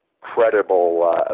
credible